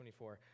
24